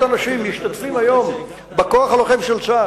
אנשים משתתפים היום בכוח הלוחם של צה"ל,